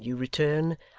when you return,